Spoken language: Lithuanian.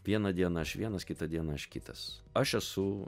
vieną dieną aš vienas kitą dieną aš kitas aš esu